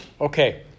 okay